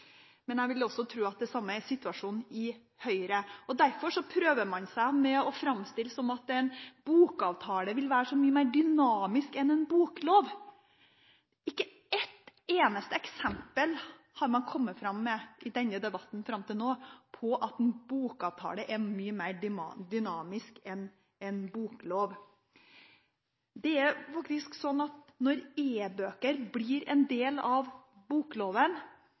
men jeg vil også tro at det samme er situasjonen i Høyre. Derfor prøver man seg med å framstille det som at en bokavtale vil være så mye mer dynamisk enn en boklov. Ikke ett eneste eksempel har man kommet fram med i denne debatten hittil om at en bokavtale er mye mer dynamisk enn en boklov. Når e-bøker blir en del av bokloven,